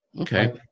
Okay